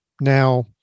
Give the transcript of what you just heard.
Now